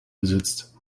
besitzt